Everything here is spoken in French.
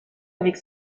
avec